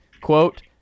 quote